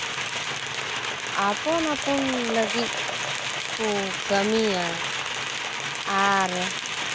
ᱟᱯᱟᱱ ᱟᱹᱯᱤᱱ ᱞᱟᱹᱜᱤᱫ ᱠᱚ ᱠᱟᱹᱢᱤᱭᱟ ᱟᱨ